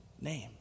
name